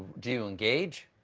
do you engage?